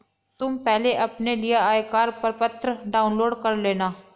तुम पहले अपने लिए आयकर प्रपत्र डाउनलोड कर लेना